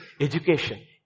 education